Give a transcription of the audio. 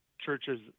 churches